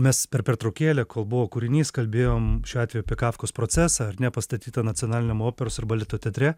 mes per pertraukėlę kol buvo kūrinys kalbėjom šiuo atveju kafkos procesą ar ne pastatytą nacionaliniam operos ir baleto teatre